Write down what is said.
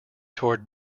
toured